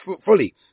fully